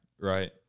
Right